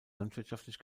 landwirtschaftlich